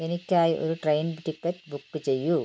എനിക്കായി ഒരു train ticket book ചെയ്യൂ